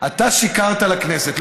אתה שיקרת לכנסת.